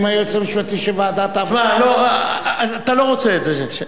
אתה לא רוצה את זה.